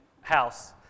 house